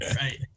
Right